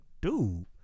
dude